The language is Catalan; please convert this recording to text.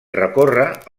recorre